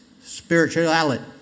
Spirituality